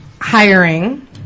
hiring